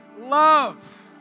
love